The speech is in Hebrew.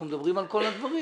אנחנו מדברים על כל הדברים.